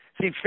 See